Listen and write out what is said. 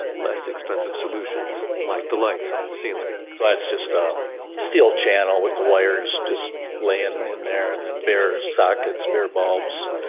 less expensive solutions. like the lights on the ceiling so that's just a steel channel with the wires just laying in there. and then bare sockets, bare bulbs.